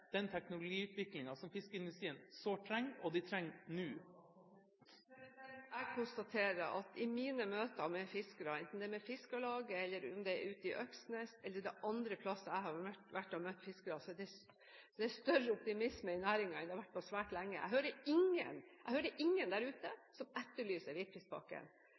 den teknologiutviklingen som fiskeriindustrien sårt trenger, og som den trenger nå? Jeg konstaterer at i mine møter med fiskere, enten det er med Fiskarlaget, i Øksnes eller andre plasser jeg har møtt fiskerne, er det større optimisme i næringen enn det har vært på svært lenge. Jeg hører ingen der ute som etterlyser hvitfiskpakken, men jeg hører mange der ute som